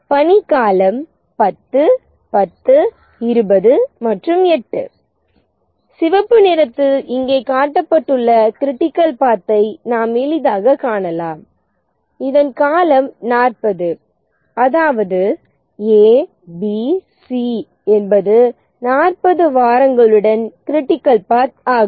பணி காலம் 10 10 20 மற்றும் 8 சிவப்பு நிறத்தில் இங்கே காட்டப்பட்டுள்ள கிரிட்டிக்கல் பாத்தை நாம் எளிதாகக் காணலாம் இதன் காலம் 40 அதாவது A B C என்பது 40 வாரங்களுடன் கிரிட்டிக்கல் பாத் ஆகும்